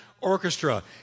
orchestra